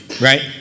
Right